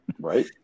Right